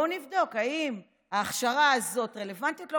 בואו נבדוק אם ההכשרה הזאת רלוונטית.